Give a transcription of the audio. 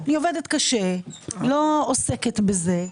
אני עובדת קשה, לא עוסקת בזה,